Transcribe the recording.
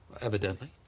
Evidently